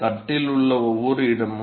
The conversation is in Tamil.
தட்டில் உள்ள ஒவ்வொரு இடமும்